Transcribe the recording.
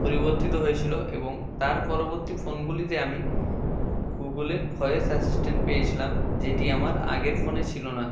পরিবর্তিত হয়েছিলো এবং তার পরবর্তী ফোনগুলিতে আমি গুগুলের ভয়েস অ্যাসিসট্যান্ট পেয়েছিলাম যেটি আমার আগের ফোনে ছিলো না